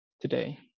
today